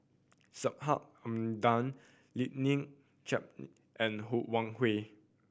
Subhas Anandan Chiam and Ho Wan Hui